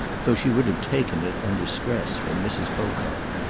though she would have taken it, under stress, from mrs. pocock.